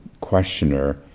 questioner